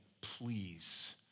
please